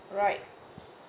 right